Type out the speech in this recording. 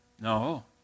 No